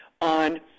on